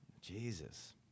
Jesus